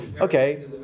Okay